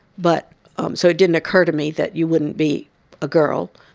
but um so it didn't occur to me that you wouldn't be a girl.